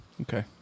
Okay